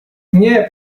nie